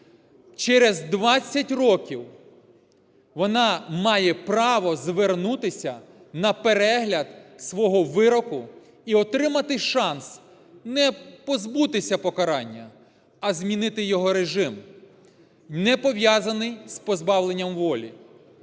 через 20 років вона має право звернутися на перегляд свого вироку і отримати шанс не позбутися покарання, а змінити його режим, не пов'язаний з позбавленням волі.